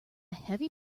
heavy